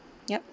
yup